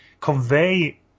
convey